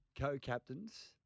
co-captains